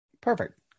Perfect